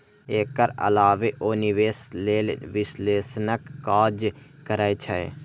एकर अलावे ओ निवेश लेल विश्लेषणक काज करै छै